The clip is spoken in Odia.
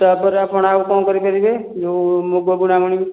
ତା ପରେ ଆପଣ ଆଉ କ'ଣ କରି ପାରିବେ ଯେଉଁ ମୁଗ ବୁଣା ବୁଣି